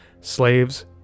slaves